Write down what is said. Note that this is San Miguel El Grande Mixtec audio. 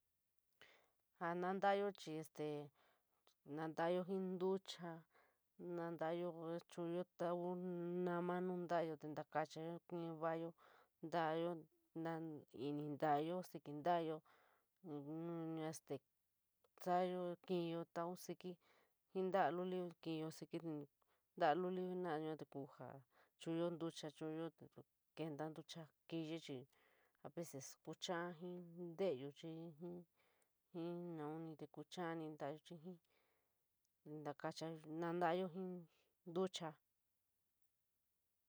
Jaa ntlayo chir este, nantanayo jii ntucha, ntayo chuoyo ntau nama nu ntayo te nakayo, kipen vaiyo ntlayo imp ntayo, sikp ntayo, este saiyoyo kiiyo jao sikp jii ntala lulio kinyo sikp ntala lulis jenora yua te kuu jao chuonyo ntucha, chuoyo te kinta ntucha kiyii chir a veces kuchara jii jii deeyo xir siin naon ni te kucharani xir jii ntakachoi nantayo ntakayo jii ntucha.